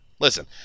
Listen